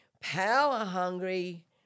power-hungry